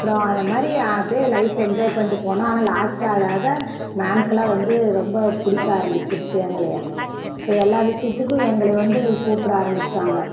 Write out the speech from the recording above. அப்புறம் அதை மாதிரி அப்படியே லைஃபை என்ஜாய் பண்ணிட்டு போனால் ஆனால் லாஸ்ட்டு ஆக ஆக மேம்கெலாம் வந்து ரொம்ப பிடிக்க ஆரம்பிச்சிருச்சு எங்களைய இப்போ எல்லா விஷயத்துக்கும் எங்களை வந்து கூப்பிட ஆரமித்தாங்க